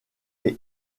est